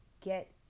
get